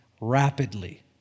rapidly